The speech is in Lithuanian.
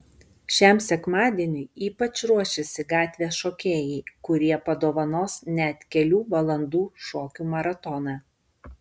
šiam sekmadieniui ypač ruošiasi gatvės šokėjai kurie padovanos net kelių valandų šokių maratoną